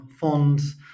fonts